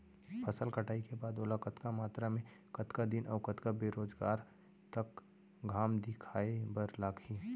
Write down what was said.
फसल कटाई के बाद ओला कतका मात्रा मे, कतका दिन अऊ कतका बेरोजगार तक घाम दिखाए बर लागही?